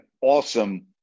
awesome